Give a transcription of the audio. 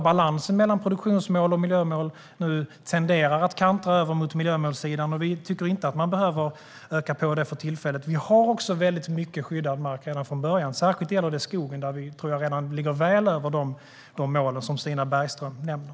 Balansen mellan produktions och miljömål tenderar att kantra över mot miljömålssidan. Vi tycker inte att man behöver öka detta för tillfället. Vi har också mycket skyddad mark redan från början. Särskilt gäller det skogen, där vi redan ligger gott och väl över de mål som Stina Bergström nämner.